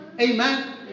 Amen